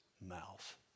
mouth